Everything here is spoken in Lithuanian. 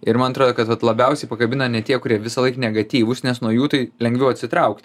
ir man atrodo kad vat labiausiai pakabina ne tie kurie visąlaik negatyvūs nes nuo jų tai lengviau atsitraukt